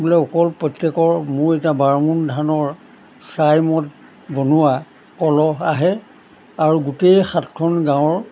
বোলে অকল প্ৰত্যেকৰ মোৰ এতিয়া বাৰমোন ধানৰ চাই মদ বনোৱা কলহ আহে আৰু গোটেই সাতখন গাঁৱৰ